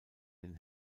den